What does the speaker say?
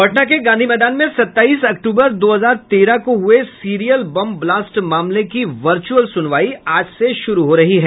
पटना के गांधी मैदान में सत्ताईस अक्टूबर दो हजार तेरह को हये सीरियल बम बलास्ट मामले की वर्चअल सुनवाई आज से शुरू हो रही है